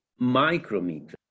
micrometers